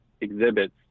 exhibits